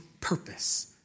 purpose